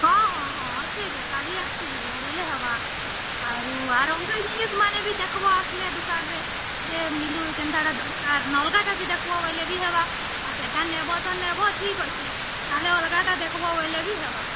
ହଁ ହଁ ହଁ ଅଛି ଯେ କାଲି ଆସିଯିବ ବୋଲେ ହବା ଆରୁ ଆର୍ କେ ଜିନିଷ୍ ମାନେ ବି ଦେଖ୍ବୋ ଆସିଲେ ଦୁକାନ୍ରେ ଯେ ମିଳୁ କେନ୍ତାଟା ଦରକାର୍ ଅଲଗାଟା ବି ଦେଖ୍ବୋ ବୋଲେ ହେବା ଆଉ ସେଟା ନେବ ତ ନେବ ଠିକ୍ ଅଛି ନ ହେଲେ ଅଲଗାଟା ଦେଖ୍ବୋ ବୋଲେ ବି ହେବ